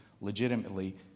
legitimately